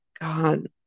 God